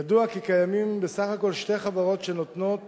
ידוע כי קיימות בסך הכול שתי חברות שנותנות